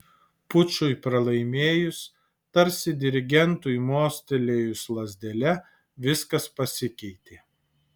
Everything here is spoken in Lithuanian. pučui pralaimėjus tarsi dirigentui mostelėjus lazdele viskas pasikeitė